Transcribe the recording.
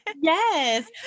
Yes